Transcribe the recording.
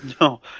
No